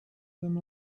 them